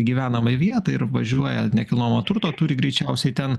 gyvenamąją vietą ir važiuoja nekilnojamo turto turi greičiausiai ten